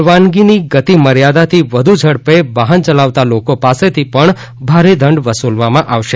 પરવાનગીની ગતિ મર્યાદાથી વધુ ઝડપે વાહન ચલાવતા લોકો પાસેથી પણ ભારે દંડ વસૂલવામાં આવશે